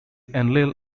enlil